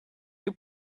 you